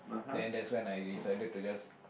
then that's when I decided to just